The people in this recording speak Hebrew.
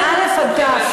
מא' עד ת',